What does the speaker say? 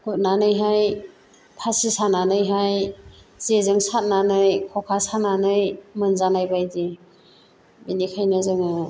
गुरनानैहाय फासि सानानैहाय जेजों सारनानै खखा सानानै मोनजानाय बायदि बिनिखायनो जोङो